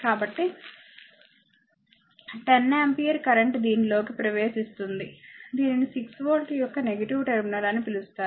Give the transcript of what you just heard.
కాబట్టి 10 ampere current దీని లోకి ప్రవేశిస్తుంది దీనిని 6 వోల్ట్ యొక్క నెగిటివ్ టెర్మినల్ అని పిలుస్తారు